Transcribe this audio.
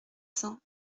cent